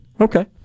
Okay